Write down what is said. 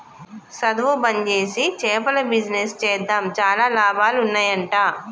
సధువు బంజేసి చేపల బిజినెస్ చేద్దాం చాలా లాభాలు ఉన్నాయ్ అంట